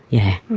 yeah.